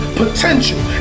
potential